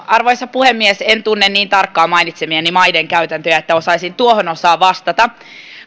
arvoisa puhemies en tunne niin tarkkaan mainitsemienne maiden käytäntöjä että osaisin tuohon osaan vastata